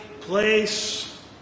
place